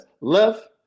Left